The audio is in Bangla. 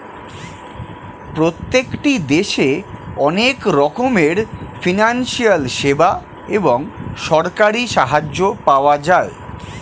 প্রত্যেকটি দেশে অনেক রকমের ফিনান্সিয়াল সেবা এবং সরকারি সাহায্য পাওয়া যায়